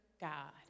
God